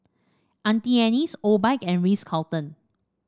Auntie Anne's Obike and Ritz Carlton